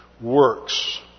works